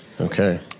Okay